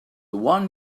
one